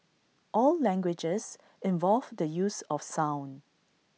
all languages involve the use of sound